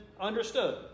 understood